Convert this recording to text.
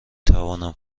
توانم